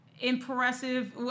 Impressive